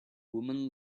woman